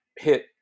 hit